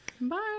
Bye